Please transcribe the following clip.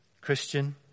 Christian